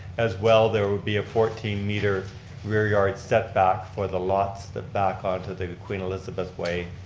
as well there would be a fourteen meter rear yard set back for the lots that back onto the queen elizabeth way.